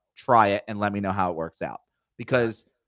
try it, and let me know how it worked out because,